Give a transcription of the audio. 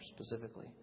specifically